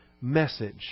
message